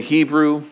Hebrew